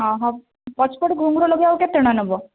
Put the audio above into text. ପଛପଟକୁ ଘୁଙ୍ଗୁର ଲଗାଇବାକୁ କେତେ ନେବ